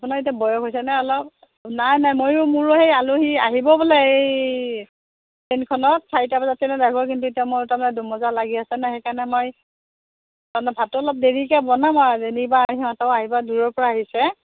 আপোনাৰ এতিয়া বয়স হৈছে নহয় অলপ নাই নাই ময়ো মোৰো সেই আলহী আহিব বোলে এই ট্ৰেইনখনত চাৰিটা বজাত ট্ৰেনত আহিব কিন্তু এতিয়া মোৰ তাৰমানে দোমোজা লাগি আছে ন সেইকাৰণে মই তাৰমানে ভাতটো অলপ দেৰিকে বনাম আৰু যেনিবা সিহঁতো আহিব দূৰৰ পৰা আহিছে